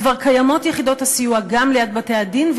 כבר קיימות יחידות סיוע גם ליד בתי-הדין,